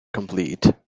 complete